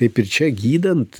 taip ir čia gydant